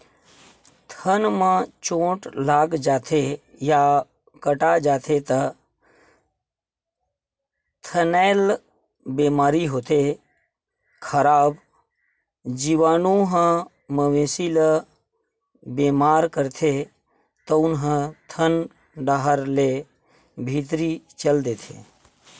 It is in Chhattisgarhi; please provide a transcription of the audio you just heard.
थन म चोट लाग जाथे या कटा जाथे त थनैल बेमारी होथे, खराब जीवानु ह मवेशी ल बेमार करथे तउन ह थन डाहर ले भीतरी चल देथे